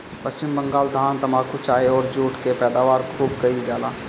पश्चिम बंगाल धान, तम्बाकू, चाय अउरी जुट के पैदावार खूब कईल जाला